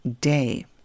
day